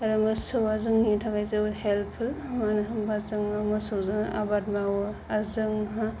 आरो मोसौआ जोंनि थाखाय जोबोद हेल्पफुल मानो होनोबा जोङो मोसौजों आबाद मावो आरो जोंहा